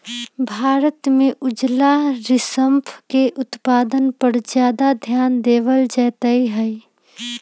भारत में उजला श्रिम्फ के उत्पादन पर ज्यादा ध्यान देवल जयते हई